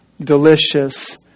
delicious